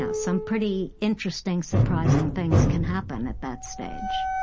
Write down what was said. ah some pretty interesting surprising things can happen at that stage.